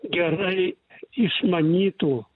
gerai išmanytų